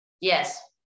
Yes